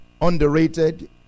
underrated